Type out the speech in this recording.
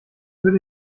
würde